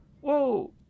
whoa